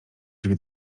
drzwi